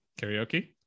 karaoke